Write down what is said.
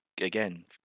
again